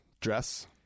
dress